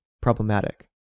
problematic